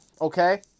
okay